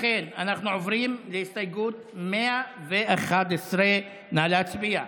ולכן אנחנו עוברים להסתייגות 111. נא להצביע.